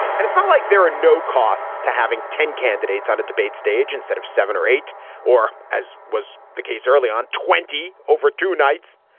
and it's not like there are no costs to having ten candidates on a debate stage instead of seven or eight or as was the case early on, twenty over two nights.